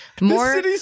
more